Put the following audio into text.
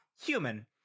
human